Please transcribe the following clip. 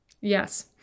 Yes